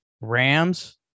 Rams